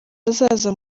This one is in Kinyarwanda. bazaza